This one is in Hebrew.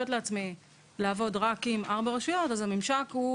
לעצמי לעבוד רק עם ארבע רשויות אז הממשק הוא